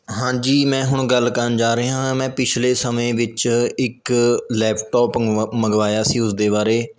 ਹਾਂਜੀ ਮੈਂ ਹੁਣ ਗੱਲ ਕਰਨ ਜਾ ਰਿਹਾਂ ਮੈਂ ਪਿਛਲੇ ਸਮੇਂ ਵਿੱਚ ਇੱਕ ਲੈਪਟੋਪ ਮੰ ਮੰਗਵਾਇਆ ਸੀ ਉਸਦੇ ਬਾਰੇ